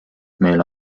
meile